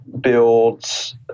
builds